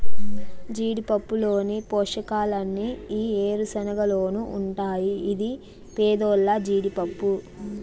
జీడిపప్పులోని పోషకాలన్నీ ఈ ఏరుశనగలోనూ ఉంటాయి ఇది పేదోల్ల జీడిపప్పు